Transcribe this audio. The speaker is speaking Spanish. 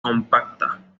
compacta